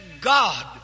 God